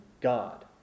God